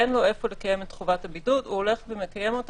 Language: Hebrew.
אין לו איפה לקיים את חובת הבידוד מקיים אותו